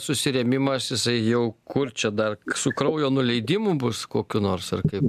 susirėmimas jisai jau kur čia dar su kraujo nuleidimu bus kokiu nors ar kaip